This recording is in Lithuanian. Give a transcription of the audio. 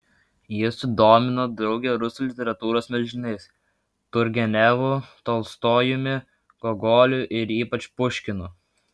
ji sudomino draugę rusų literatūros milžinais turgenevu tolstojumi gogoliu ir ypač puškinu